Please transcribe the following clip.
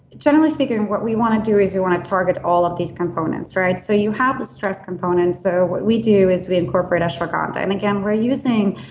generally speaking, and what we want to do is we want to target all of these components. so you have the stress component. so what we do is we incorporate ashwagandha. and again, we're using